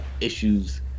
issues